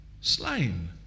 slain